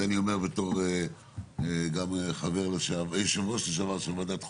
זה אני אומר גם כיושב ראש לשעבר של ועדת חוקה.